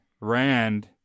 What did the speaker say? Rand